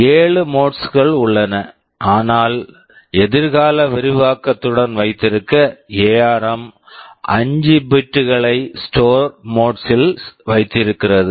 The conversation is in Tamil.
7 மோட்ஸ் modes கள் உள்ளன ஆனால் எதிர்கால விரிவாக்கத்துடன் வைத்திருக்க எஆர்ம் ARM 5 பிட் bit களை ஸ்டோர் store மோட்ஸ் modes ல் வைத்திருக்கிறது